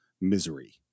Misery